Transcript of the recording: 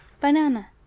Banana